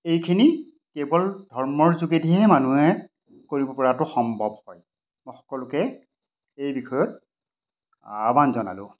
এইখিনি কেৱল ধৰ্মৰ যোগেদিহে মানুহে কৰিব পৰাটো সম্ভৱ হয় মই সকলোকে এই বিষয়ত আহ্ৱান জনালোঁ